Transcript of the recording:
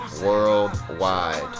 Worldwide